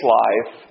life